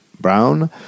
Brown